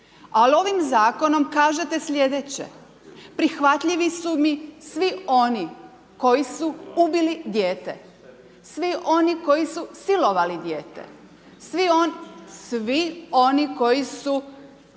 Al ovim zakonom kažete slijedeće prihvatljivi su mi svi oni koji su ubili dijete, svi oni koji su silovali dijete, svi oni koji su